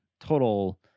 total